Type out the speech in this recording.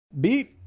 Beat